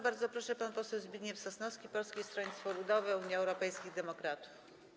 Bardzo proszę, pan poseł Zbigniew Sosnowski, Polskie Stronnictwo Ludowe - Unia Europejskich Demokratów.